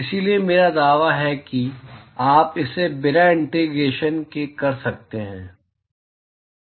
इसलिए मेरा दावा है कि आप इसे बिना इंटीग्रेशन के कर सकते हैं